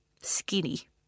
Skinny